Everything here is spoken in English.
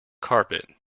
carpet